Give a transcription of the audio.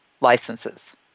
licenses